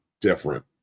different